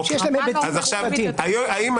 אני חושב שיש להם היבטים --- הא היום,